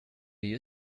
you